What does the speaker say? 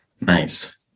Nice